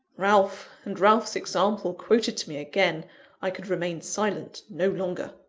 ralph, and ralph's example quoted to me again i could remain silent no longer.